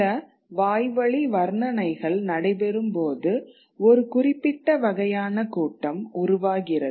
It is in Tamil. சில வாய்வழி வர்ணனைகள் நடைபெறும்போது ஒரு குறிப்பிட்ட வகையான கூட்டம் உருவாகிறது